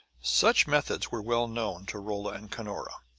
such methods were well known to rolla and cunora.